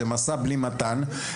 זה משא בלי מתן.